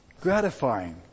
Gratifying